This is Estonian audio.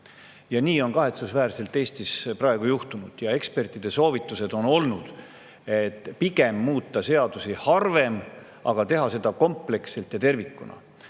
Ja nii on kahetsusväärselt Eestis praegu juhtunud. Ekspertide soovitused on olnud sellised, et pigem tuleks muuta seadusi harvem, aga teha seda kompleksselt ja tervikuna.